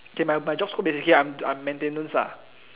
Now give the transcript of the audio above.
okay my my job scope basically I'm I'm maintenance lah